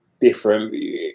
different